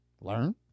learn